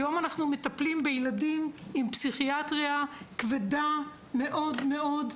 היום אנחנו מטפלים בילדים עם פסיכיאטריה כבדה מאוד מאוד,